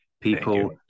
People